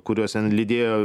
kuriuos ten lydėjo